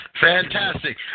Fantastic